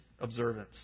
observance